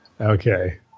okay